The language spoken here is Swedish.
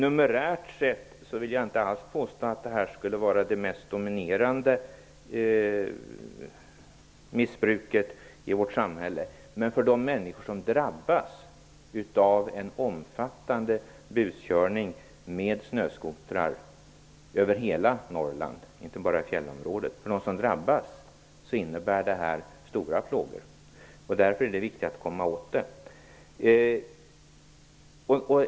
Fru talman! Jag vill inte alls påstå att detta skulle vara det mest dominerande missbruket i vårt samhälle numerärt sett. Men för de människor som drabbas av en omfattande buskörning med snöskoter innebär det stora plågor. Det gäller hela Norrland, inte bara fjällområdet. Det är därför viktigt att komma åt det.